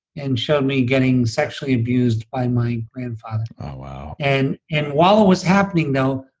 and showed me getting sexually abused by my grandfather oh wow and and while it was happening though,